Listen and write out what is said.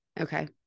okay